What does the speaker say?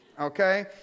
Okay